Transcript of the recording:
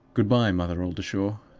good-by, mother oldershaw.